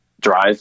drive